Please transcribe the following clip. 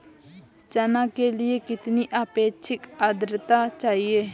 चना के लिए कितनी आपेक्षिक आद्रता चाहिए?